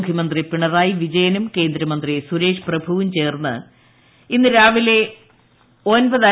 മുഖ്യമന്ത്രി പിണറായി പ്രിജ്യനും കേന്ദ്രമന്ത്രി സുരേഷ് പ്രഭുവും ചേർന്ന് ഇന്ന് രാവിലെ ൃ്